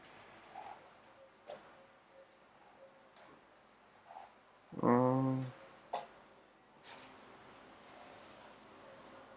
mm